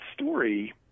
story